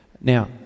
Now